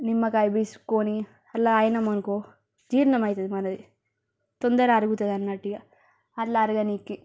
నిమ్మకాయ పిసుక్కొని అట్లాయినం అనుకో జీర్ణమవుతుంది మనది తొందర అరుగుతుందన్నట్టు ఇక అట్లా అరగడానికి